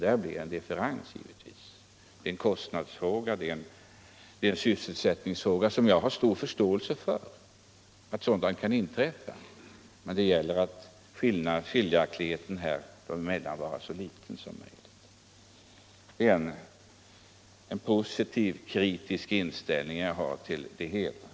Där blir det givetvis en differens — det är en kostnadsfråga och en sysselsättningsfråga — och jag har stor förståelse för att sådant kan inträffa, men skillnaden bör vara så liten som möjligt. Det är en positiv kritisk inställning jag har till det hela.